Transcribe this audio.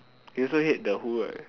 you also hate the who right